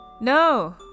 No